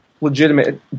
legitimate